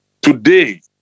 Today